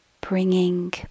bringing